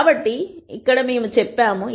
కాబట్టి ఇది మేము చెప్పాము